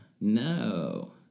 No